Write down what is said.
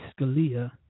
Scalia